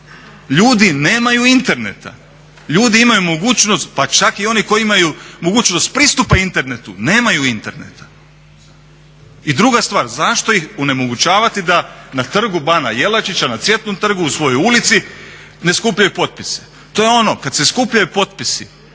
ljudi nemaju interneta, ljudi imaju mogućnost pa čak i oni koji imaju mogućnost pristupa internetu nemaju interneta. I druga stvar, zašto ih onemogućavati da na Trgu bana Jelačića, na Cvjetnom trgu u svojoj ulici ne skupljaju potpise? To je ono kad se skupljaju potpisi